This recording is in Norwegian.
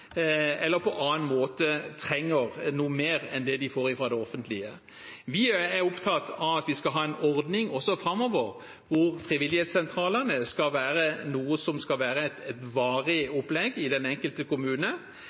eller et aktivitetstilbud, eller som på annen måte trenger noe mer enn det de får fra det offentlige. Vi er opptatt av at vi skal ha en ordning, også framover. Frivillighetssentralene skal være et varig opplegg i den enkelte kommune,